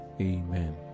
Amen